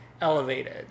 elevated